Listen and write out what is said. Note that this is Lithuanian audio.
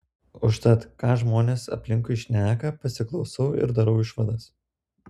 užtat ką žmonės aplinkui šneka pasiklausau ir darau išvadas